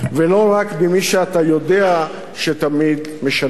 ולא רק ממי שאתה יודע שתמיד משלם.